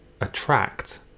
attract